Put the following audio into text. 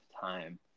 time